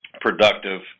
productive